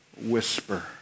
whisper